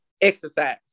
Exercise